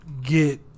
get